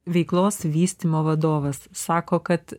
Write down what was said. veiklos vystymo vadovas sako kad